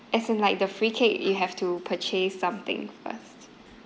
as in like the free cake you have to purchase something first